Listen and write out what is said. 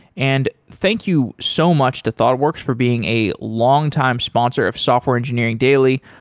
and thank you so much to thoughtworks for being a longtime sponsor of software engineering daily.